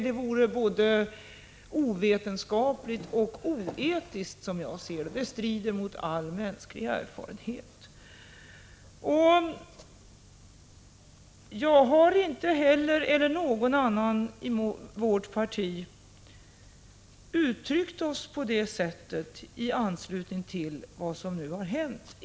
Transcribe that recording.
Det vore både ovetenskapligt och oetiskt att påstå det; det strider mot all mänsklig erfarenhet. Ingen i vårt parti har heller uttryckt sig på det sättet i anslutning till vad som nu hänt.